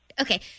Okay